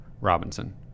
Robinson